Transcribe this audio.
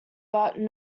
but